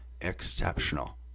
exceptional